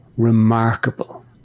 remarkable